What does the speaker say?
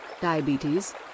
Diabetes